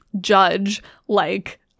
judge-like